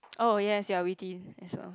oh yes you are witty as well